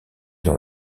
dans